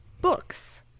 books